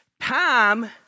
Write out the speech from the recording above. Time